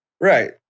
right